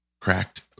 cracked